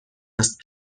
است